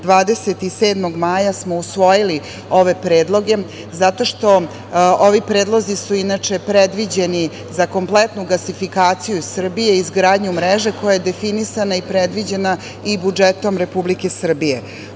27. maja smo usvojili ove predloge, zato što ovi predlozi su inače predviđeni za kompletnu gasifikaciju Srbije i izgradnju mreže koja je definisana i predviđena i budžetom Republike Srbije. Ono